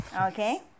Okay